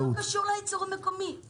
זה לא קשור ליצור המקומי.